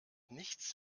nichts